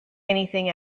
anything